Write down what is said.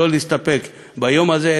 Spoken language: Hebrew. לא להסתפק ביום הזה,